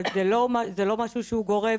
אבל זה לא משהו שהוא גורף,